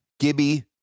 Gibby